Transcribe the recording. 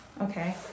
Okay